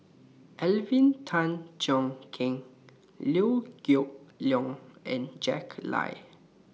Alvin Tan Cheong Kheng Liew Geok Leong and Jack Lai